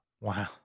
Wow